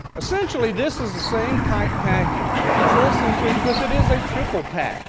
essentially, this is the same type package. i say essentially because it is a triple pack